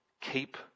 keep